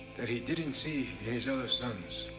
that he didn't see in his other sons